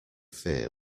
fear